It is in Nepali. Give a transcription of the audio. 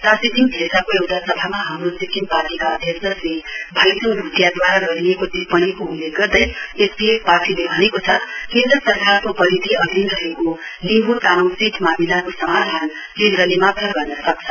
टाशीडिङ क्षेत्रको एउटा सभामा हाम्रो सिक्किम पार्टीका अध्यक्ष श्री भाइच्ङ भ्टियादवारा गरिएको टिप्पणीको उल्लेख गर्दै एसडीएफ पार्टीले भनेको छ केन्द्र सरकारको परिधि अधिन रहेको लिम्बू तामाङ सीट मामिलाको समाधान केन्द्रले मात्र गर्न सक्छ